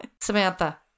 Samantha